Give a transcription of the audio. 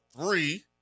three